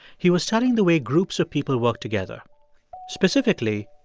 he was studying the way groups of people work together specifically,